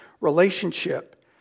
relationship